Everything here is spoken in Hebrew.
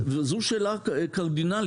זו שאלה קרדינלית,